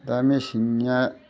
दा मेसेंनिया